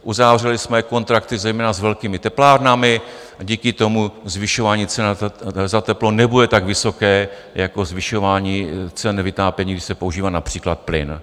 Uzavřeli jsme kontrakty zejména s velkými teplárnami a díky tomu zvyšování cen za teplo nebude tak vysoké jako zvyšování cen vytápění, když se používá například plyn.